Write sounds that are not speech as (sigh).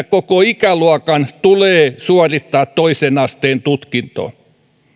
(unintelligible) koko ikäluokan tulee suorittaa toisen asteen tutkinto